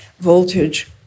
voltage